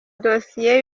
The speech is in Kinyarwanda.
dosiye